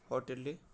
ହୋଟେଲ୍ଟେ